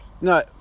no